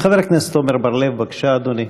חבר הכנסת עמר בר-לב, בבקשה, אדוני.